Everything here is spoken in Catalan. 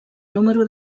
número